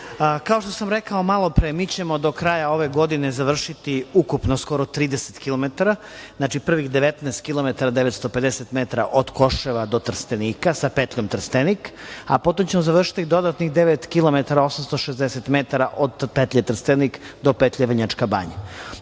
Kao što sam rekao malopre, mi ćemo do kraja ove godine završiti ukupno skoro 30 kilometara, znači prvih 19 kilometara 950 metara od Koševa do Trstenika, sa petljom Trstenik, a potom ćemo završiti dodatnih devet kilometara 860 metara od petlje Trstenik do petlje Vrnjačka Banja.